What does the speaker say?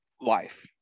life